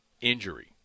injury